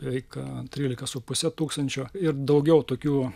eika trylika su puse tūkstančio ir daugiau tokių